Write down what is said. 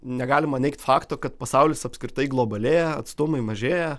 negalima neigt fakto kad pasaulis apskritai globalėja atstumai mažėja